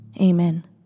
Amen